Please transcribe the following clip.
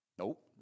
Nope